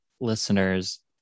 listener's